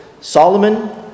Solomon